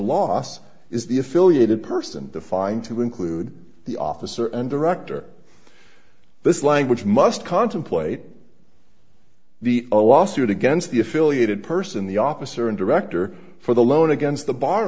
loss is the affiliated person defined to include the officer and director this language must contemplate the a lawsuit against the affiliated person the officer and director for the loan against the b